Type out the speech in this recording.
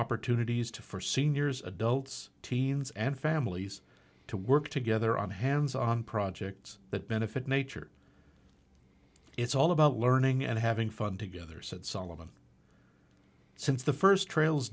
opportunities to for seniors adults teens and families to work together on hands on projects that benefit nature it's all about learning and having fun together said solomon since the first trails